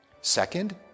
second